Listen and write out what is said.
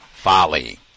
folly